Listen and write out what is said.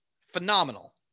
phenomenal